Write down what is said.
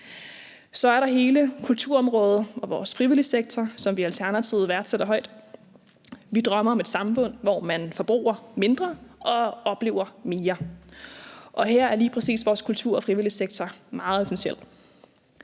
Så er der hele kulturområdet og vores frivilligsektor, som vi i Alternativet værdsætter højt. Vi drømmer om et samfund, hvor man forbruger mindre og oplever mere. Her er lige præcis vores kultur- og frivilligsektor meget essentiel.